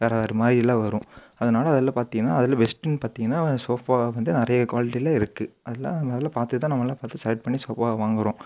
வேற வேற மாதிரிலாம் வரும் அதனால் அதில் பார்த்திங்னா அதில் பெஸ்ட்டுன்னு பார்த்திங்னா சோஃபா வந்து நிறையா குவாலிட்டியில இருக்குது அதெலாம் நல்லா பார்த்து தான் நம்மலாம் ஃபஸ்ட் செலக்ட் பண்ணி சோஃபா வாங்குகிறோம்